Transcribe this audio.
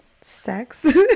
sex